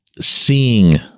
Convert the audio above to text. seeing